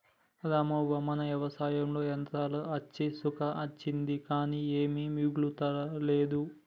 రామవ్వ మన వ్యవసాయంలో యంత్రాలు అచ్చి సుఖం అచ్చింది కానీ ఏమీ మిగులతలేదు